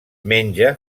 menja